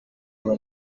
ngo